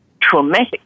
traumatic